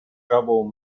trouble